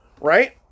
right